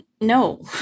no